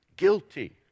guilty